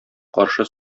каршы